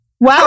Wow